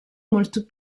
molto